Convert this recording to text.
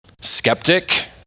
skeptic